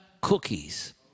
cookies